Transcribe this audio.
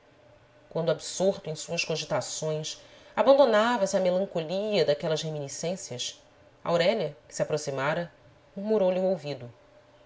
quando absorto em suas cogitações abandonava se à melancolia daquelas reminiscências aurélia que se aproximara murmurou-lhe ao ouvido